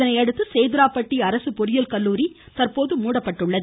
இதனையடுத்து சேதுராப்பட்டி அரசு பொறியியல் கல்லுாரி தற்போது மூடப்பட்டுள்ளது